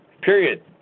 Period